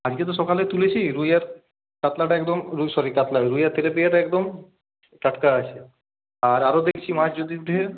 আজকে তো সকালে তুলেছি রুই আর কাতলাটা একদম সরি কাতলা রুই আর তেলাপিয়াটা একদম টাটকা আছে আর আরও দেখছি মাছ যদি উঠে